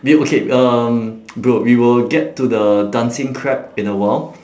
we okay um bro we will get to the dancing crab in a while